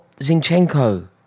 Zinchenko